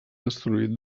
destruït